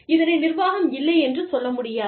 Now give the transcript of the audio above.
இதனை நிர்வாகம் இல்லை என்று சொல்ல முடியாது